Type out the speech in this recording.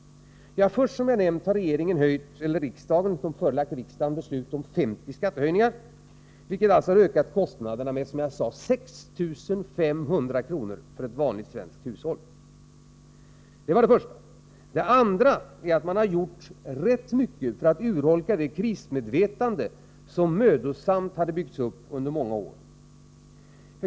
Först har regeringen förelagt riksdagen förslag om 50 skattehöjningar, vilket ökade kostnaderna med som jag sade 6 500 kr. för ett vanligt svenskt hushåll. Sedan har man gjort rätt mycket för att urholka det krismedvetande som mödosamt byggts upp under många år.